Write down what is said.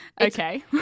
Okay